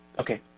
Okay